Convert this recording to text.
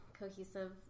Cohesive